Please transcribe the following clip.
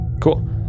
Cool